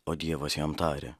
o dievas jam tarė